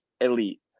elite